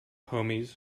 homies